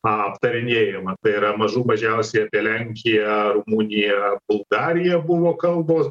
aptarinėjama tai yra mažų mažiausiai apie lenkiją rumuniją bulgariją buvo kalbos